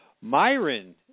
Myron